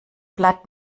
blatt